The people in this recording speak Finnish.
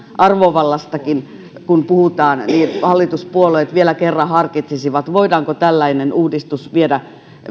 arvovallastakin puhutaan että hallituspuolueet vielä kerran harkitsisivat voidaanko tällainen uudistus viedä